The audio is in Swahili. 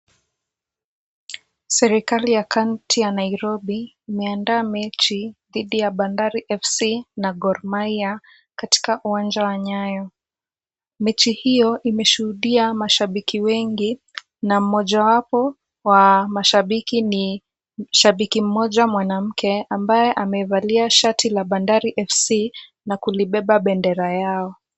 Serikali ya kaunti ya Nairobi imeandaa mechi dhidi ya Bandari FC na Gor Mahia katika uwanja wa Nyayo. Mechi hiyo imeshuhudia mashabiki wengi na mojawapo wa mashabiki ni shabiki mmoja mwanamke ambaye ameivalia shati la Bandari FC na kulibeba bendera yao.